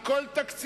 על כל תקציב,